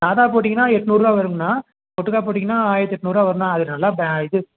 சாதா போட்டிங்கன்னால் எட்நூறுரூவா வருங்கண்ணா ஒட்டுக்கால் போட்டிங்கன்னால் ஆயிரத்து எட்நூறுரூவா வரும்ண்ணா அது நல்லா ப இது